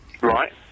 right